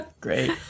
Great